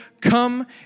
come